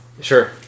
Sure